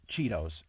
Cheetos